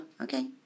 okay